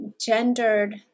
gendered